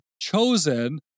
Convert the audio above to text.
chosen